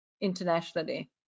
internationally